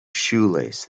shoelace